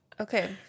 Okay